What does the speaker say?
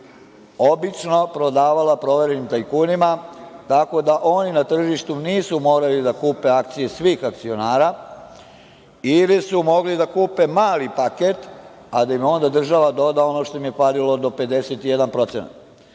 obično prodavala proverenim tajkunima, tako da oni na tržištu nisu morali da kupe akcije svih akcionara ili su mogli da kupe mali paket, a da im onda država doda ono što im je falilo do 51%.